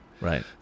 Right